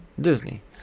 Disney